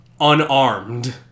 unarmed